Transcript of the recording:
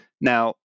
Now